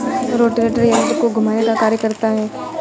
rotator यन्त्र को घुमाने का कार्य करता है